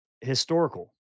historical